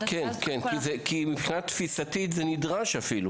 מבחינה תפיסתית זה אפילו נדרש.